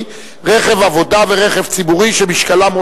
התשע"א 2010,